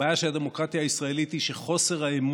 הבעיה של הדמוקרטיה הישראלית היא שחוסר האמון